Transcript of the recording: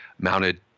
mounted